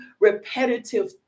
repetitive